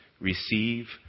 Receive